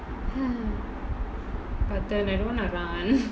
but then I don't wanna run